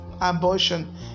abortion